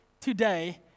today